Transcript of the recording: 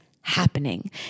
happening